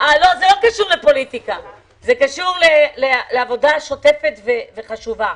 קשרו לפוליטיקה אלא לעבודה השוטפת והחשובה.